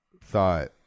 thought